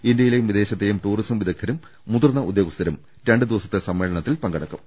ഇന്ത്യയിലെയും വിദേശത്തെയും ടൂറിസം വിദഗ്ദ്ധരും മുതിർന്ന ഉദ്യോഗസ്ഥരും രണ്ടു ദിവസത്തെ സമ്മേളനത്തിൽ പങ്കെടുക്കും